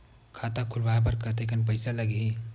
खाता खुलवाय बर कतेकन पईसा लगही?